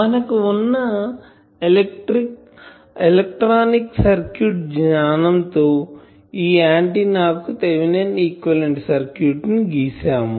మనకు వున్నా electronic circuit జ్ఞానం తో ఈ ఆంటిన్నా కి Thevenin equivalent circuit Thevenin's equivalent circuit ని గీసాము